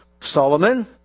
Solomon